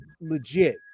legit